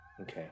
Okay